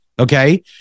okay